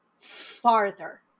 farther